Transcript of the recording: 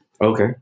Okay